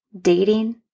dating